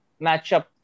matchup